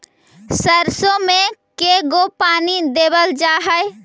सरसों में के गो पानी देबल जा है?